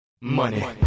Money